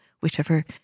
whichever